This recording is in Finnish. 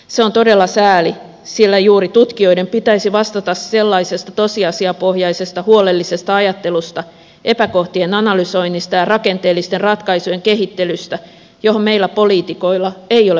se on todella sääli sillä juuri tutkijoiden pitäisi vastata sellaisesta tosiasiapohjaisesta huolellisesta ajattelusta epäkohtien analysoinnista ja rakenteellisten ratkaisujen kehittelystä johon meillä poliitikoilla ei ole mahdollisuutta